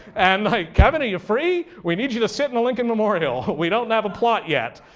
and kevin are you free? we need you to sit in the lincoln memorial. but we don't have a plot yet.